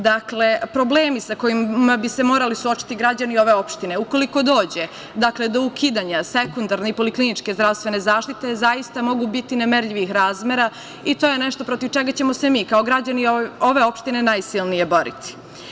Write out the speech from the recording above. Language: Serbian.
Dakle, problemi sa kojima bi se morali suočiti građani ove opštine, ukoliko dođe do ukidanja sekundarne i polikliničke zdravstvene zaštite, zaista mogu biti nemerljivih razmera i to je nešto protiv čega ćemo se mi kao građani ove opštine najsilnije boriti.